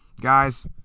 Guys